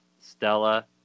Stella